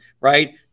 right